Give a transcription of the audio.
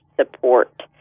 support